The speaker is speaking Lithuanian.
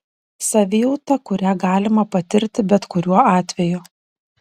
savijauta kurią galima patirti bet kuriuo atveju